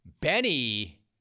Benny